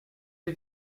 est